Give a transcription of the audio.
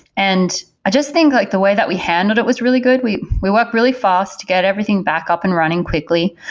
and i just think like the way that we handled it was really good. we we work really fast to get everything back up and running quickly,